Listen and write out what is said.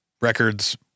records